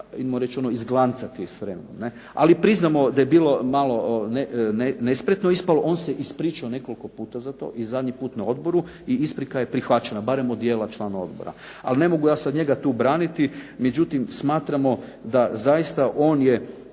hajmo reć ono izglancati s vremenom, ne. Ali priznamo da je bilo malo nespretno ispalo. On se ispričao nekoliko puta za to i zadnji put na odboru i isprika je prihvaćena, barem od dijela članova odbora. Ali ne mogu ja sad njega tu braniti, međutim smatramo da zaista on je